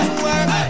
work